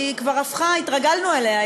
כבר התרגלנו אליה,